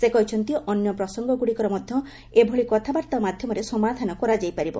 ସେ କହିଛନ୍ତି ଅନ୍ୟ ପ୍ରସଙ୍ଗଗ୍ରଡ଼ିକର ମଧ୍ୟ ଏଭଳି କଥାବାର୍ତ୍ତା ମାଧ୍ୟମରେ ସମାଧାନ କରାଯାଇପାରିବ